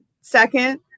Second